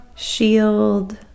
shield